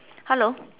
hello